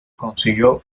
consiguió